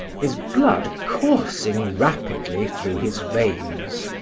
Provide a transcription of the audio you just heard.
his blood coursing rapidly through his veins.